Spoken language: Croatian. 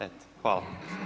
Eto hvala.